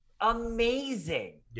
amazing